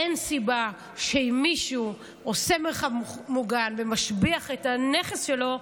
אין סיבה שאם מישהו עושה מרחב מוגן ומשביח את הנכס שלו,